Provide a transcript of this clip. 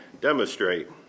demonstrate